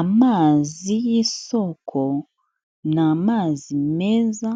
Amazi y'isoko ni amazi meza